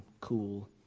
cool